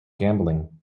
gambling